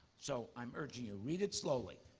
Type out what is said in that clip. so i'm urging you, read it slowly.